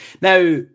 Now